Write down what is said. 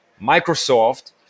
Microsoft